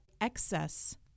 excess